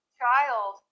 child